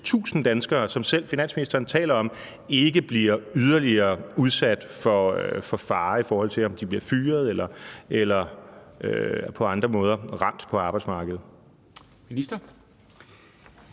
184.000 danskere, som finansministeren selv taler om, ikke bliver yderligere udsat for fare, i forhold til om de bliver fyret eller på andre måder ramt på arbejdsmarkedet. Kl.